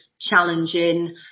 challenging